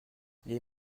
les